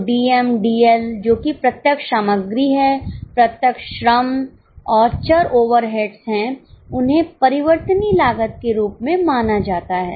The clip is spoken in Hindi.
तो डीएम डीएल जो कि प्रत्यक्ष सामग्री है प्रत्यक्ष श्रम और चर ओवरहेड्स है उन्हें परिवर्तनीय लागत के रूप में माना जाता है